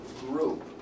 group